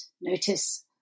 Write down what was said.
notice